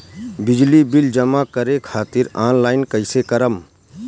बिजली बिल जमा करे खातिर आनलाइन कइसे करम?